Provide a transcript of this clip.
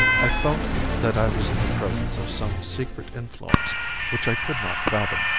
i felt that i was in the presence of some secret influence which i could not fathom.